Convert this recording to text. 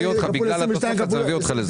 בגלל התוספת זה מביא אותך לזה.